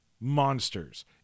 monsters